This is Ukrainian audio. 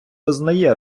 визнає